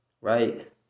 Right